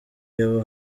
yabo